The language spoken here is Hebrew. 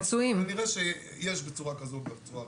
כנראה שיש בצורה כזו או בצורה אחרת,